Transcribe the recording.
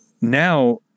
Now